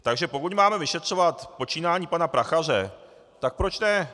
Takže pokud máme vyšetřovat počínání pana Prachaře, tak proč ne?